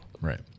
right